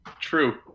True